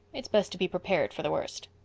it's best to be prepared for the worst.